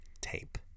tape